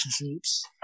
relationships